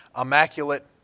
immaculate